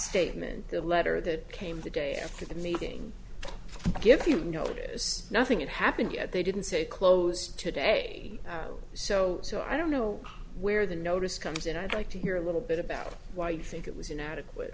statement the letter that came the day after the meeting gives you know it is nothing it happened yet they didn't say closed today so so i don't know where the notice comes in i'd like to hear a little bit about why you think it was inadequate